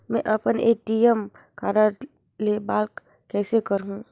मै अपन ATM card ल ब्लाक कइसे करहूं?